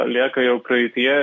lieka jau praeityje